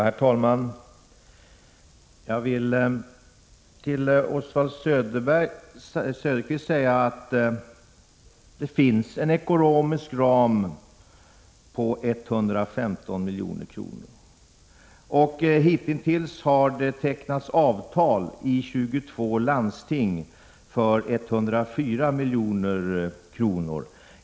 Herr talman! Jag vill till Oswald Söderqvist säga att det finns en ekonomisk ram på 115 milj.kr. Hittills har det tecknats avtal i 22 landsting för 104 milj.kr.